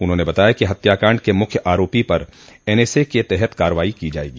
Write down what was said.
उन्होंने बताया कि हत्याकांड के मुख्य आरोपी पर एनएसए की कार्रवाई की जायगी